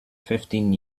fifteen